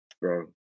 bro